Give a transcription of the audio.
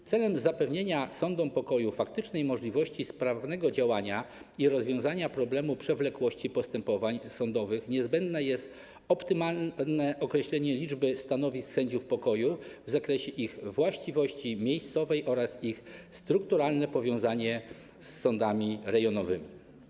W celu zapewnienia sądom pokoju faktycznej możliwości sprawnego działania i rozwiązania problemu przewlekłości postępowań sądowych niezbędne jest optymalne określenie liczby stanowisk sędziów pokoju w zakresie ich właściwości miejscowej oraz ich strukturalne powiązanie z sądami rejonowymi.